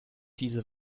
diese